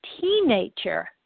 teenager